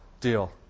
deal